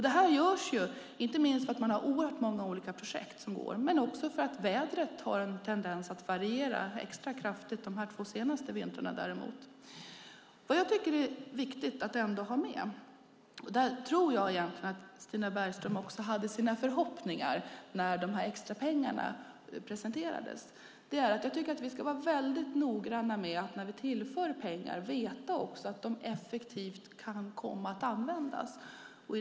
Detta görs inte minst för att man har oerhört många olika projekt som går, men också för att vädret har en tendens att variera extra kraftigt - särskilt de två senaste vintrarna. Jag tycker att detta är viktigt att ha med. Jag tror egentligen att Stina Bergström hade sina förhoppningar när dessa extrapengar presenterades. Vi ska vara väldigt noggranna med att vi när vi tillför pengar också vet att de kan komma att effektivt användas.